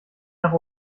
nach